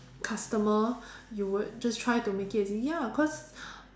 customer you would just make it easier ya cause